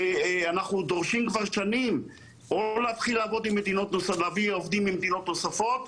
אנחנו דורשים כבר שנים או להתחיל להביא עובדים ממדינות נוספות,